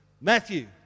Matthew